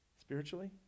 spiritually